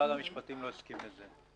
משרד המשפטים לא הסכים לזה.